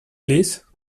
please